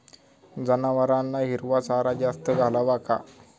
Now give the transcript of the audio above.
जनावरांना हिरवा चारा जास्त घालावा का?